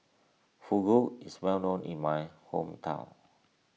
Fugu is well known in my hometown